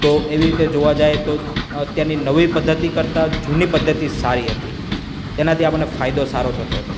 તો એવી રીતે જોવા જઈએ તો અત્યારની નવી પદ્ધતિ કરતાં જૂની પદ્ધતિ જ સારી હતી તેનાથી આપણને ફાયદો સારો થતો હતો